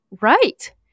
Right